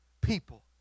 people